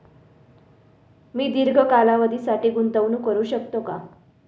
मी दीर्घ कालावधीसाठी गुंतवणूक करू शकते का?